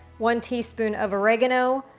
one teaspoon of oregano,